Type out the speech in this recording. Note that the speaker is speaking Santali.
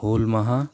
ᱦᱩᱞᱢᱟᱦᱟ